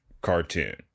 cartoon